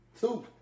Two